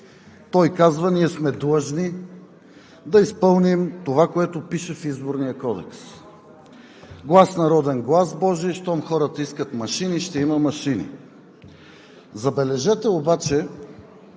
той казва: „Ние сме длъжни да изпълним това, което пише в Изборния кодекс. Глас народен, глас Божи. Щом хората искат машини, ще има машини.“ Забележете обаче